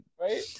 Right